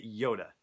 Yoda